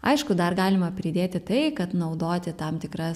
aišku dar galima pridėti tai kad naudoti tam tikras